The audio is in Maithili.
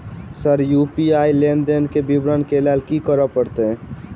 सर यु.पी.आई लेनदेन केँ विवरण केँ लेल की करऽ परतै?